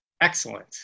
Excellent